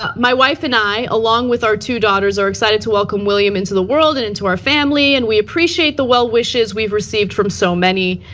um my wife and i, along with our two daughters, are excited to welcome william into the world and into our family, and we appreciate the well wishes we've received from so many.